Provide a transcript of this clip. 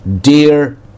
dear